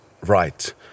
right